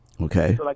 Okay